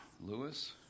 Lewis